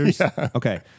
okay